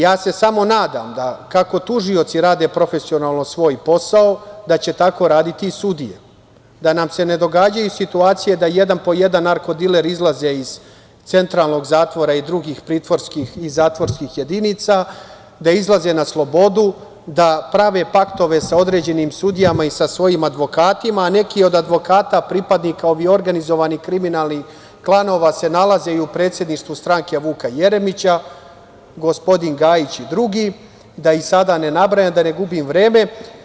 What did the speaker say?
Ja se samo nadam da kako tužioci rade profesionalno svoj posao, da će tako raditi i sudije, da nam se ne događaju situacije da jedan, po jedan narko-diler izlaze iz Centralnog zatvora i drugih pritvorskih i zatvorskih jedinica, da izlaze na slobodu, da prave paktove sa određenim sudijama i sa svojim advokatima, a neki od advokata pripadnika ovih organizovanih kriminalnih klanova se nalaze i u predsedništvu stranke Vuka Jeremića, gospodin Gajić i Vujić i drugi, da ih sada ne nabrajam da ne gubim vreme.